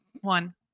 One